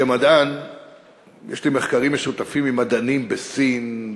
כמדען יש לי מחקרים משותפים עם מדענים בסין,